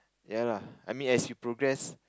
ya lah I mean as you progress